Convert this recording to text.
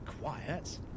Quiet